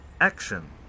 action